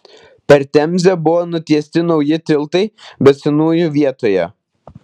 per temzę buvo nutiesti nauji tiltai bet senųjų vietoje